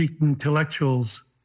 intellectuals